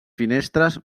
finestres